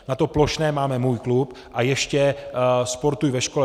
Na to plošné máme Můj klub a ještě Sportuj ve škole.